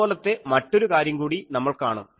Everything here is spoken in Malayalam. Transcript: അതുപോലത്തെ മറ്റൊരു കാര്യം കൂടി നമ്മൾ കാണും